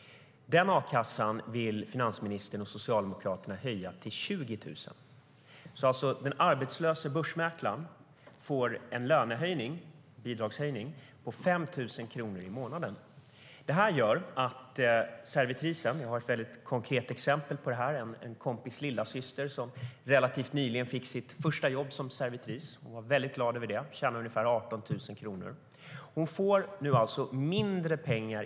Den a-kassan vill finansministern och Socialdemokraterna höja till 20 000. Den arbetslöse börsmäklaren får en "lönehöjning", alltså en bidragshöjning, på 5 000 kronor i månaden. Det här kan man jämföra med servitrisen. Jag har ett väldigt konkret exempel: en kompis lillasyster som relativt nyligen fick sitt första jobb som servitris och var väldigt glad över det. Hon tjänar ungefär 18 000 i månaden.